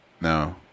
No